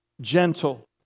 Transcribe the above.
gentle